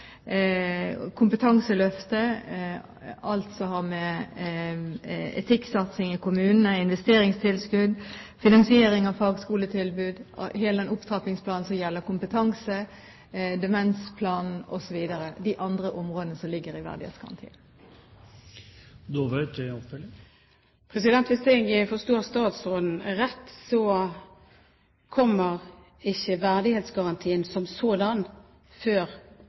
har med etikksatsing i kommunene å gjøre, investeringstilskudd, finansiering av fagskoletilbud og hele opptrappingsplanen som gjelder kompetanse, demensplanen osv. – de andre områdene som ligger i verdighetsgarantien. Hvis jeg forstår statsråden rett, kommer ikke verdighetsgarantien som sådan før